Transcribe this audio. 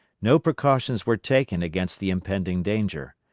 no precautions were taken against the impending danger.